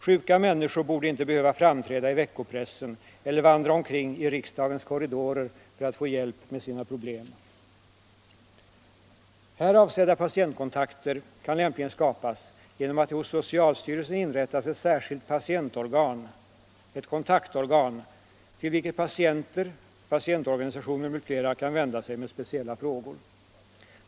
Sjuka människor borde inte behöva framträda i veckopressen eller vandra omkring i riksdagens korridorer för att få hjälp med sina problem. Här avsedda patientkontakter kan lämpligen skapas genom att det hos socialstyrelsen inrättas ett särskilt patientorgan, ett kontaktorgan till vilket patienter, patientorganisationer m.fl. får vända sig med speciella frågor.